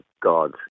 gods